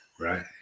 right